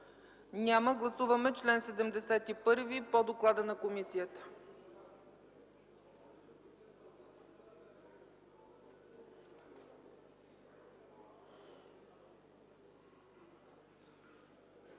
Няма. Гласуваме чл. 71 по доклада на комисията.